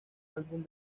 álbum